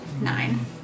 Nine